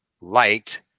light